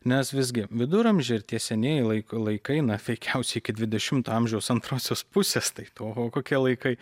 nes visgi viduramžiai ir tie senieji laikai laikai na veikiausiai iki dvidešimto amžiaus antrosios pusės tai oho kokie laikai